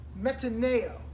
metaneo